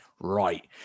right